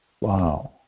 Wow